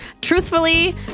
Truthfully